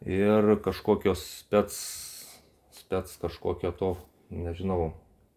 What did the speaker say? ir kažkokios spec spec kažkokio to nežinau